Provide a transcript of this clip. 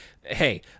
hey